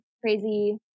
crazy